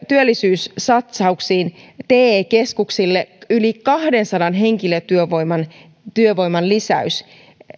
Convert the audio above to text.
työllisyyssatsauksiin te keskuksille yli kahdensadan henkilötyövoiman lisäys